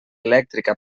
elèctrica